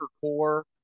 core